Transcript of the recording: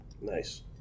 nice